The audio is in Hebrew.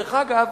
דרך אגב,